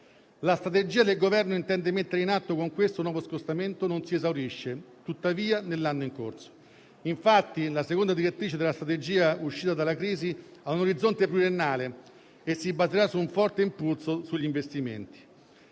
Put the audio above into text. La strategia che il Governo intende mettere in atto con questo nuovo scostamento non si esaurisce, tuttavia, nell'anno in corso. Infatti la seconda direttrice della strategia uscita dalla crisi ha un orizzonte pluriennale e si baserà su un forte impulso sugli investimenti.